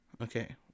Okay